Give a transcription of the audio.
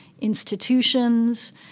institutions